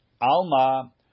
Alma